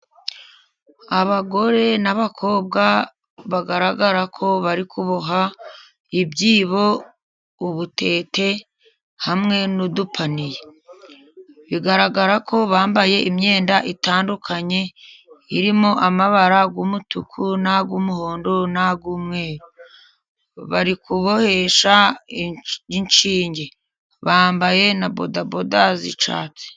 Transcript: Abagore n'abakobwa bagaragara ko bari kuboha ibyibo, ubutete hamwe n'udupaniye, bigaragara ko bambaye imyenda itandukanye irimo amabara y'umutuku na y'umuhondo na y'umweru. Bari kubohesha inshinge bambaye na bodaboda z'icyatsi.